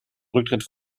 rücktritt